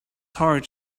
heart